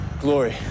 Glory